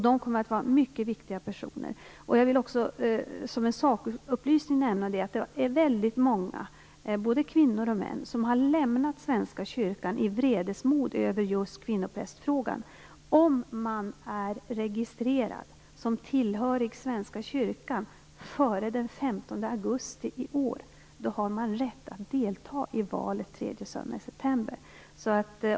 De kommer att bli mycket viktiga personer. Jag vill som en sakupplysning nämna att det är väldigt många, både kvinnor och män, som har lämnat Svenska kyrkan i vredesmod över just kvinnoprästfrågan. Om man före den 5 augusti i år är registrerad som tillhörig Svenska kyrkan, har man rätt att delta i valet tredje söndagen i september.